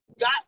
got